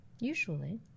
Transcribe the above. usually